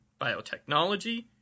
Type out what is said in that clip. biotechnology